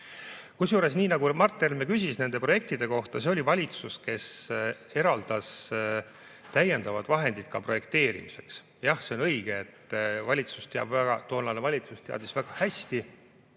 Kusjuures, nagu ka [Martin] Helme küsis nende projektide kohta, see oli valitsus, kes eraldas täiendavad vahendid ka projekteerimiseks. Jah, see on õige, et valitsus teab või tollane valitsus teadis väga hästi,